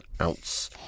ounce